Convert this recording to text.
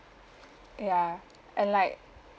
ya and like